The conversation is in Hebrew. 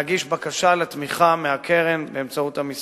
להגיש בקשה לקרן באמצעות המשרד.